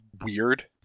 weird